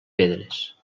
pedres